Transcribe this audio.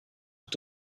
hat